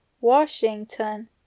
Washington